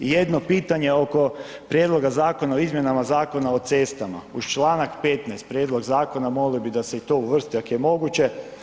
Jedno pitanje oko Prijedloga zakona o izmjenama Zakona o cesta, uz čl. 15. prijedlog zakona, molio bi da se i to uvrsti ako je moguće.